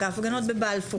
למשל, ההפגנות בבלפור.